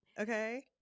okay